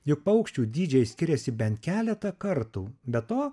juk paukščių dydžiai skiriasi bent keletą kartų be to